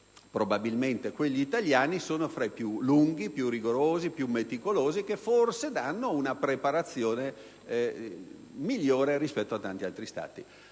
(e probabilmente quelli italiani sono fra i più lunghi, più rigorosi e meticolosi e forse danno una preparazione migliore rispetto a tanti altri Stati).